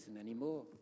anymore